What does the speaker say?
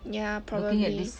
ya probably